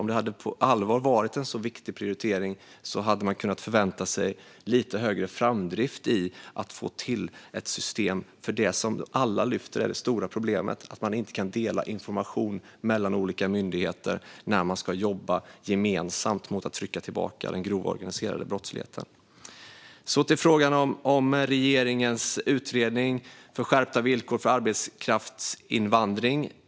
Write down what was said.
Om det på allvar var en viktig prioritering hade vi kunnat förvänta oss lite högre framdrift i att få till ett system för det alla lyfter fram som det stora problemet: att olika myndigheter inte kan dela information när de ska jobba gemensamt för att trycka tillbaka grov organiserad brottslighet. Så till frågan om regeringens utredning om skärpta villkor för arbetskraftsinvandring.